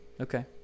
Okay